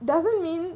doesn't mean